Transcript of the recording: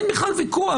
אין בכלל ויכוח,